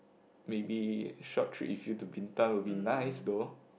maybe short trip if you to Bintan would be nice though